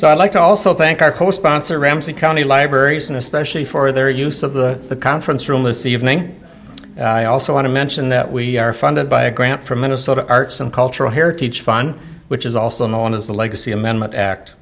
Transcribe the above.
so i'd like to also thank our co sponsor ramsey county libraries and especially for their use of the conference room this evening i also want to mention that we are funded by a grant from minnesota arts and cultural heritage fun which is also known as the legacy amendment act